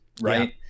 right